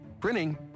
Printing